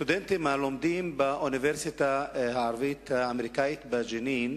סטודנטים הלומדים באוניברסיטה הערבית האמריקנית בג'נין,